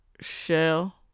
shell